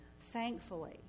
thankfully